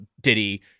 Diddy